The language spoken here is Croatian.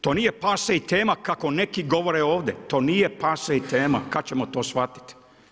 To nije passe tema kako neki govore ovdje, to nije passe tema, kad ćemo to shvatiti.